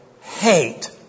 hate